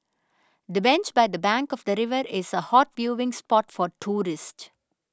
the bench by the bank of the river is a hot viewing spot for tourists